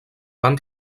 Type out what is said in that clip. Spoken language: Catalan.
van